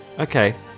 Okay